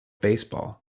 baseball